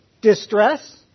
distress